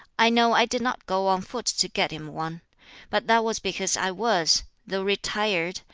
i know i did not go on foot to get him one but that was because i was, though retired,